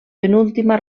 penúltima